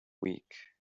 week